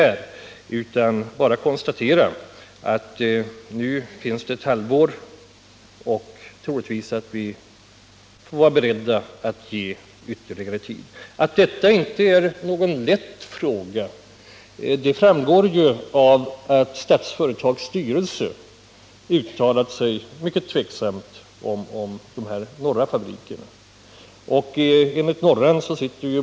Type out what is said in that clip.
Nu kan vi bara konstatera att vi har ett halvår till förfogande och att vi troligtvis får vara beredda att sätta till ytterligare tid. Att detta inte är någon lätt fråga framgår av att Statsföretags styrelse enligt tidningarna uttalat sig negativt om de norra fabrikerna.